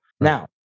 Now